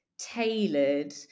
tailored